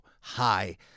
high